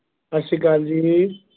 ਸਤਿ ਸ਼੍ਰੀ ਅਕਾਲ ਜੀ